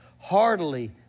heartily